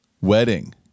wedding